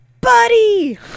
Buddy